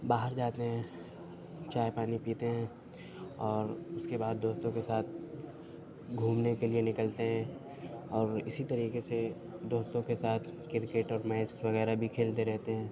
باہر جاتے ہیں چائے پانی پیتے ہیں اور اس کے بعد دوستوں کے ساتھ گھومنے کے لیے نکلتے ہیں اور اسی طریقے سے دوستوں کے ساتھ کرکٹ اور میچ وغیرہ بھی کھیلتے رہتے ہیں